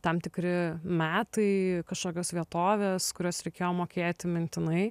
tam tikri metai kažkokios vietovės kurias reikėjo mokėti mintinai